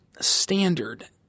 standard